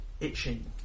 itching